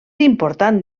important